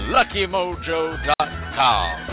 LuckyMojo.com